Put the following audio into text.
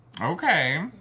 Okay